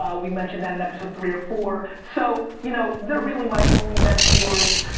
um we mentioned that in episode three or four. so, you know, they're really my only mentors,